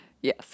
Yes